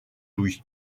louis